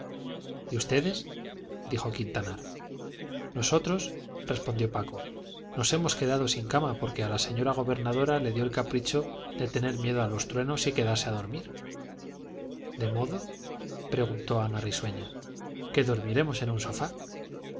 y ustedes dijo quintanar nosotros respondió paco nos hemos quedado sin cama porque a la señora gobernadora le dio el capricho de tener miedo a los truenos y quedarse a dormir de modo preguntó ana risueña que dormiremos en un sofá